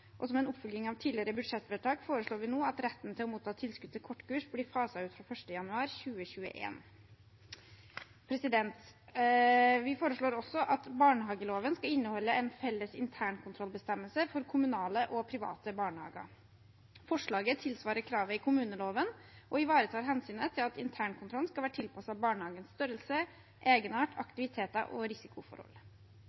og som en oppfølging av tidligere budsjettvedtak foreslår vi nå at retten til å motta tilskudd til kortkurs blir faset ut fra 1. januar 2021. Vi foreslår også at barnehageloven skal inneholde en felles internkontrollbestemmelse for kommunale og private barnehager. Forslaget tilsvarer kravet i kommuneloven og ivaretar hensynet til at internkontrollen skal være tilpasset barnehagens størrelse, egenart,